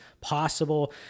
possible